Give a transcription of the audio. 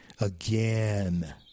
again